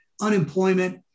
unemployment